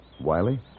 Wiley